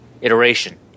iteration